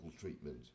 treatment